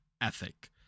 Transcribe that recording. ethic